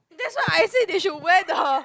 that's why I said they should wear the